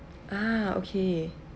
ah okay